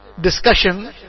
discussion